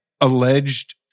alleged